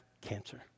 cancer